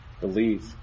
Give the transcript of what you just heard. Believe